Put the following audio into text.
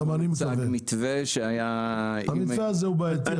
הוצג אתמול מתווה שהיה --- המתווה הזה הוא בעייתי.